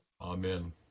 amen